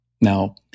Now